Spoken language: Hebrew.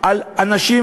על אנשים.